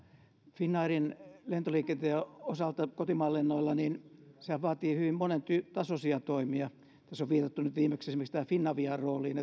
finnairin lentoliikenteen kotimaan lentojen osaltahan se vaatii hyvin monentasoisia toimia tässä on viitattu nyt viimeksi esimerkiksi finavian rooliin